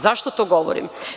Zašto to govorim?